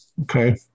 Okay